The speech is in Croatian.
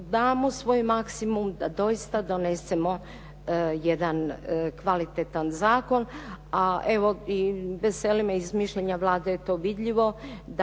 damo svoj maksimum da doista donesemo jedan kvalitetan zakon, a evo i veselim me, iz mišljenja Vlade je to vidljivo,